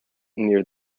near